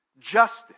Justice